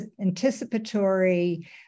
anticipatory